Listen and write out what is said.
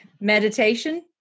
Meditation